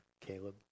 Caleb